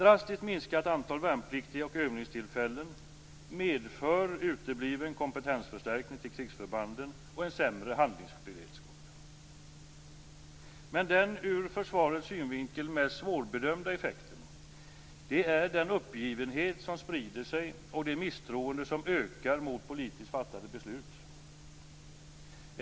Drastiskt minskat antal värnpliktiga och övningstillfällen medför utebliven kompetensförstärkning till krigsförbanden och en sämre handlingsberedskap. Men den ur försvarets synvinkel mest svårbedömda effekten är den uppgivenhet som sprider sig och det misstroende som ökar mot politiskt fattade beslut.